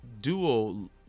duo